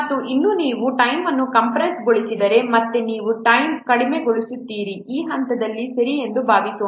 ಮತ್ತು ಇನ್ನೂ ನೀವು ಟೈಮ್ ಅನ್ನು ಕಂಪ್ರೆಶ್ಗೊಳಿಸಿದರೆ ಮತ್ತೆ ನೀವು ಟೈಮ್ ಕಡಿಮೆಗೊಳಿಸುತ್ತೀರಿ ಈ ಹಂತದಲ್ಲಿ ಸರಿ ಎಂದು ಭಾವಿಸೋಣ